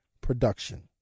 production